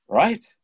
right